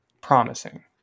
promising